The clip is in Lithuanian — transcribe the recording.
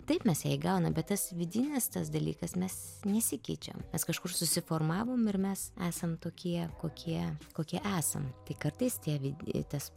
taip mes ją įgaunam bet tas vidinis tas dalykas mes nesikeičiam mes kažkur susiformavom ir mes esam tokie kokie kokie esam tai kartais tie vi ir tas